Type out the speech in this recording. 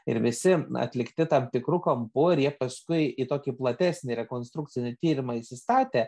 ir visi atlikti tam tikru kampu ir jie paskui į tokį platesnį rekonstrukcinį tyrimą įsistatę